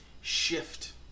shift